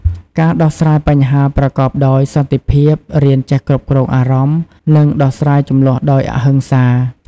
ការដោះស្រាយបញ្ហាប្រកបដោយសន្តិភាព រៀនចេះគ្រប់គ្រងអារម្មណ៍ និងដោះស្រាយជម្លោះដោយអហិង្សា។